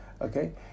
Okay